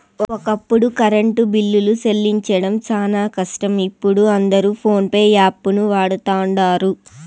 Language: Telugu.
ఒకప్పుడు కరెంటు బిల్లులు సెల్లించడం శానా కష్టం, ఇపుడు అందరు పోన్పే యాపును వాడతండారు